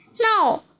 No